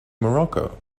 morocco